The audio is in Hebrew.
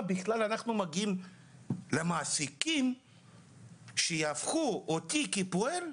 בכלל אנחנו מגיעים למעסיקים שיהפכו אותי לפועל?